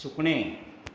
सुकणें